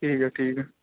ٹھیک ہے ٹھیک ہے